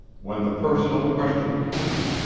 when the personal question came,